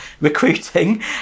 recruiting